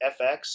FX